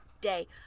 day